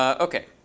ok.